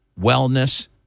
wellness